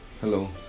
hello